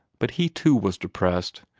but he too was depressed,